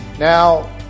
Now